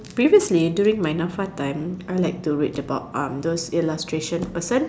previously during my N_A_F_A time I like to read about under illustration person